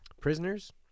Prisoners